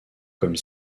comme